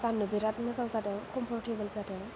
गाननो बिराद मोजां जादों कमफरटेबोल जादों